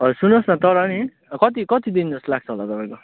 हजुर सुन्नुहोस् न तर नि कति कति दिन जस्तो लाग्छ होला तपाईँको